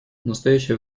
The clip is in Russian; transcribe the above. настоящее